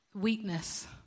weakness